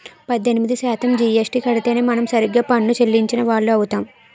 పద్దెనిమిది శాతం జీఎస్టీ కడితేనే మనం సరిగ్గా పన్ను చెల్లించిన వాళ్లం అవుతాం